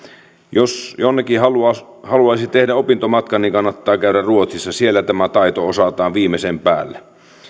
jos jonnekin haluaisi haluaisi tehdä opintomatkan niin kannattaa käydä ruotsissa siellä tämä taito osataan viimeisen päälle